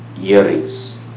earrings